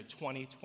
2020